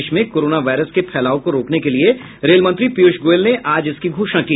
देश में corona virus के फैलाव को रोकने के लिए रेल मंत्री पीयूष गोयल ने आज इसकी घोषणा की